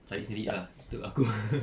cari sendiri ah tu aku